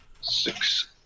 six